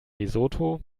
lesotho